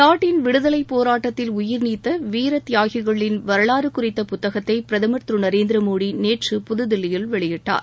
நாட்டின் விடுதலை போராட்டத்தில் உயிர் நீத்த வீரத் தியாகிகளின் வரலாறு குறித்த புத்தகத்தை பிரதமர் திரு நரேந்திர மோடி நேற்று புதுதில்லியில் வெளியிட்டார்